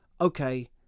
Okay